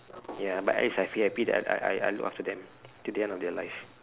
ya but at least I feel happy that I I I look after them till the end of their life